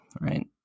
right